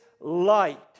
light